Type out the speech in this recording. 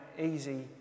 easy